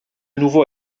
nouveau